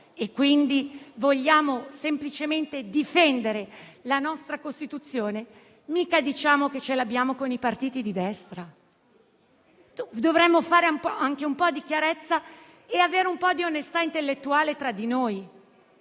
e quindi vogliamo semplicemente difendere la nostra Costituzione, non diciamo certo che ce l'abbiamo con i partiti di destra. Dovremmo fare un po' di chiarezza e avere un po' di onestà intellettuale tra di noi.